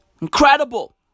Incredible